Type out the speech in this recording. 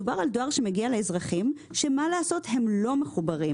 מדובר על דואר שמגיע לאזרחים שהם לא מחוברים